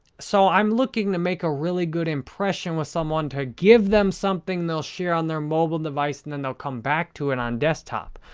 so, i'm looking to make a really good impression with someone to give them something they'll share on their mobile device and then they'll come back to it and on desktop.